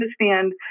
understand